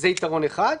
זה יתרון אחד.